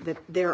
that there